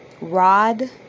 rod